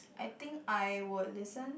I think I would listen